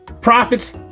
Profits